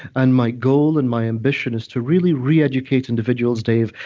and my goal and my ambition is to really reeducate individuals, dave,